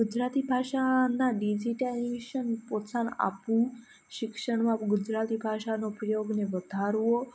ગુજરાતી ભાષાના ડિજિટાઇઝેશન પોષણ આપવું શિક્ષણમાં ગુજરાતી ભાષાનો ઉપયોગને વધારવો